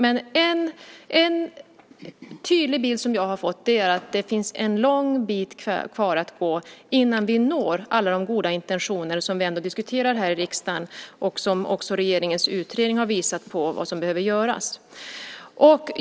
En tydlig bild som jag fått är att vi har lång väg kvar att gå innan vi nått alla de goda intentioner som vi diskuterar i riksdagen. Regeringens utredning har också visat vad som behöver göras.